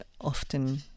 often